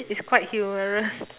it's quite humorous